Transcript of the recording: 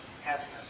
happiness